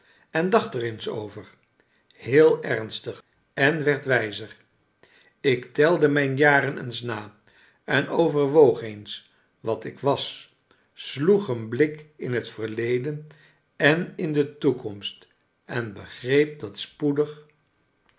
en dacht er eens over heel ernstig en werd wijzer ik telde mijn jaren eens na en overwoog eens wat ik was sloeg een blik in het verleden en in de toekomst en begreep dat spoedig